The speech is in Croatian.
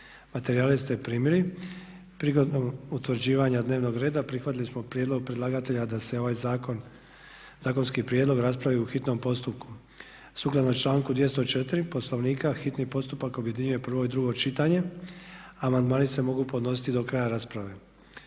Materijale ste primili. Prigodom utvrđivanja dnevnog reda prihvatili smo prijedlog predlagatelja da se ovaj zakon, zakonski prijedlog raspravi u hitnom postupku sukladno članku 204. Poslovnika hitni postupak objedinjuje prvo i drugo čitanje. Amandmani se mogu podnositi do kraja rasprave.